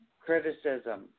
criticism